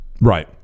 Right